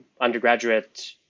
undergraduate